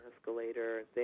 escalator